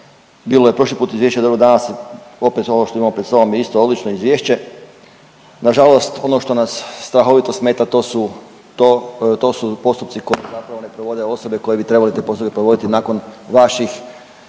Bilo je prošli put izvješće dobro danas opet ono što imamo pred sobom je isto odlično izvješće. Na žalost ono što nas strahovito smeta to su postupci koje zapravo ne provode osobe koje bi trebale te poslove provoditi nakon vaših